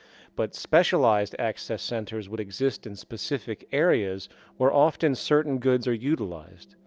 but specialized access centers would exist in specific areas where often certain goods are utilized,